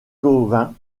cauvin